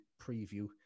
preview